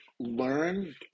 learn